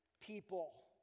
people